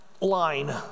line